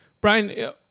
Brian